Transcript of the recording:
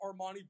Armani